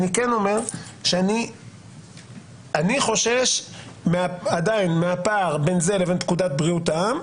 אני כן אומר שאני חושש עדיין מהפער בין זה לבין פקודת בריאות העם,